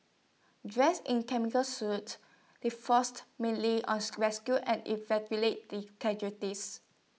dressed in chemical suits they forced mainly us rescue and the casualties